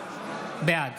בעד